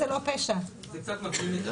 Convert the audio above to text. זה קצת מקדים את המאוחר,